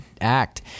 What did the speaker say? act